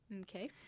Okay